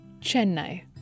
Chennai